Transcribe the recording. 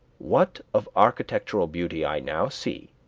what of architectural beauty i now see,